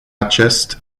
acest